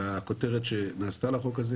והכותרת שנעשתה לחוק הזה,